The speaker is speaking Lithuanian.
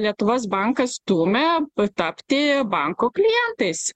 lietuvos bankas stumia tapti banko klientais